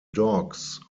dogs